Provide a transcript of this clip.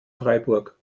freiburg